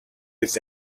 its